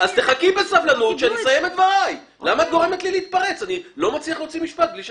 תושבות ביקור ארוכה שתאפשר שהייה ועבודה בלבד,